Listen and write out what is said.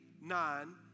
nine